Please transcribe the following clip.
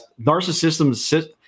narcissism